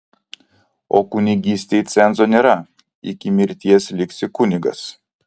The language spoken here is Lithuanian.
o kunigystei cenzo nėra iki mirties liksi kunigas